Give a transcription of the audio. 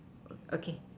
okay